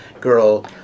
girl